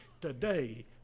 today